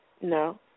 No